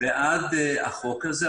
בעד החוק הזה.